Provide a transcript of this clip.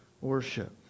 worship